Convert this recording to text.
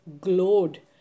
glowed